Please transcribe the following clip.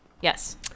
Yes